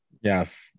Yes